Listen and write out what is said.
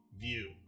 View